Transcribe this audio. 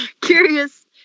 Curious